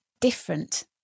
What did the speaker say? different